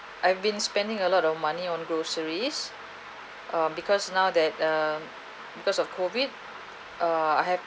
I've been spending a lot of money on groceries uh because now that uh because of COVID ah I have